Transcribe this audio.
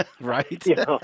Right